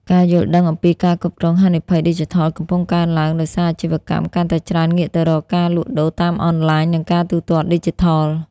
ការយល់ដឹងអំពីការគ្រប់គ្រងហានិភ័យឌីជីថល កំពុងកើនឡើង ដោយសារអាជីវកម្មកាន់តែច្រើនងាកទៅរកការលក់ដូរតាមអនឡាញ និងការទូទាត់ឌីជីថល។